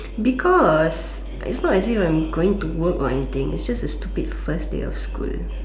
because is not as if I'm going to work or anything is just a stupid first day of school